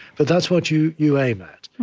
but that's what you you aim at